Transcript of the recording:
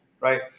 right